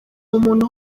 umuntu